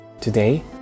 Today